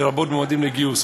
לרבות מועמדים לגיוס,